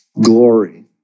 glory